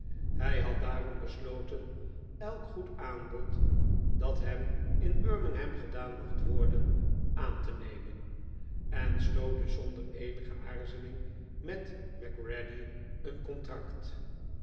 hij had daarom besloten elk goed aanbod dat hem in birmingham gedaan mocht worden aan te nemen en sloot dua zonder eenige aarzeling met macready een contract